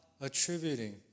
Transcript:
attributing